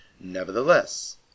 Nevertheless